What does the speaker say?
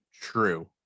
True